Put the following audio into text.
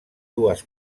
dues